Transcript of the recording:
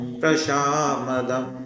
prashamadam